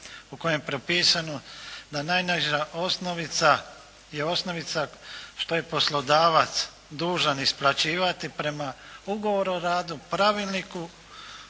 u kojem je propisano, da najniža osnovica je osnovica što je poslodavac dužan isplaćivati, prema ugovoru o radu, Pravilniku,